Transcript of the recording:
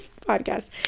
podcast